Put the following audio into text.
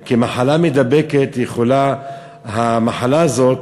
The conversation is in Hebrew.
כי מחלה מידבקת, יכולה המחלה הזאת